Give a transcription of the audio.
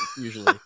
usually